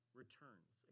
returns